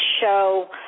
show